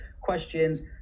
questions